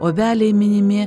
obeliai minimi